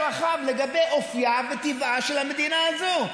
רחב לגבי אופייה וטבעה של המדינה הזאת,